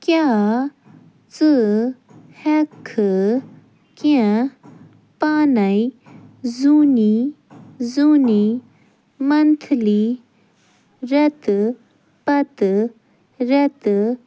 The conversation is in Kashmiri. کیٛاہ ژٕ ہٮ۪کھہٕ کیٚنٛہہ پانَے زوٗنی زوٗنی منتھٕلی رٮ۪تہٕ پتہٕ رٮ۪تہٕ